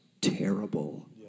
terrible